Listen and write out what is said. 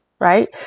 right